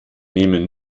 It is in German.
nehmen